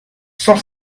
cent